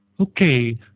Okay